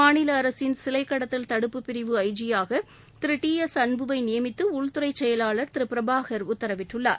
மாநில அரசின் சிலைக் கடத்தல் தடுப்பு பிரிவு ஐஜியாக திரு டி எஸ் அன்புவை நியமித்து உள்துறை செயலாளர் திரு பிரபாகர் உத்தரவிட்டுள்ளார்